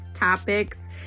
topics